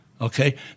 Okay